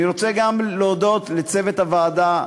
אני רוצה גם להודות לצוות הוועדה: